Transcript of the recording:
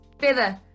feather